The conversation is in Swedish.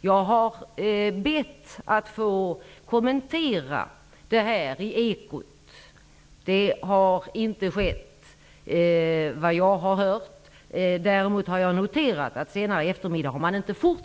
Jag har bett att få kommentera dessa uppgifter i Ekot. Det har inte vad jag har hört skett. Däremot har jag noterat att samma information inte har